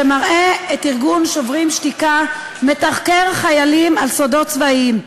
שמראה את ארגון "שוברים שתיקה" מתחקר חיילים על סודות צבאיים,